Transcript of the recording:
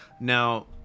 Now